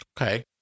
Okay